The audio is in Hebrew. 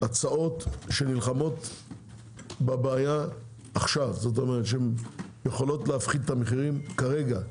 הצעות שנלחמות בבעיה עכשיו כלומר שיכולות להפחית את המחירים כרגע.